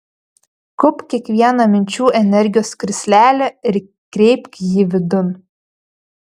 kaupk kiekvieną minčių energijos krislelį ir kreipk jį vidun